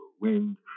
wind